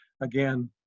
again